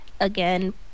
Again